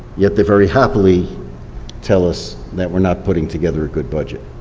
yet they very happily tell us that we're not putting together a good budget.